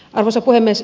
arvoisa puhemies